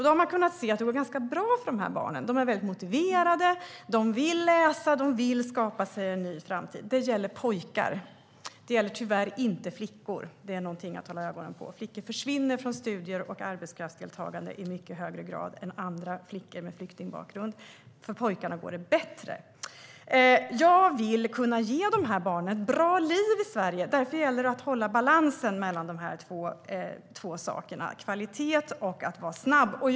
Då har man kunnat se att det går ganska bra för dessa barn. De är mycket motiverade, de vill läsa och de vill skapa sig en ny framtid. Det gäller pojkar. Det gäller tyvärr inte flickor. Det är någonting att hålla ögonen på. Flickor försvinner från studier och arbetskraftsdeltagande i mycket högre grad än andra flickor med flyktingbakgrund. För pojkarna går det bättre. Jag vill kunna ge dessa barn ett bra liv i Sverige. Därför gäller det att hålla balansen mellan kvalitet och snabbhet.